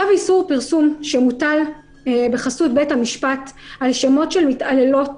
צו איסור פרסום שמוטל בחסות בית המשפט על שמות של מתעללות